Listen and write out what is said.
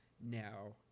now